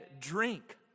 drink